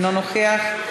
אינו נוכח,